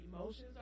emotions